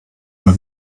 mal